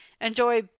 enjoy